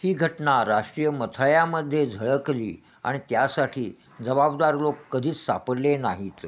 ही घटना राष्ट्रीय मथळ्यामध्ये झळकली आणि त्यासाठी जबाबदार लोक कधीच सापडले नाहीत